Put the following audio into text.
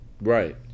Right